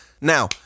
Now